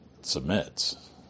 submits